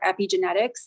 epigenetics